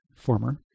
Former